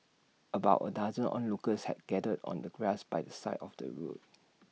about A dozen onlookers had gathered on the grass by the side of the road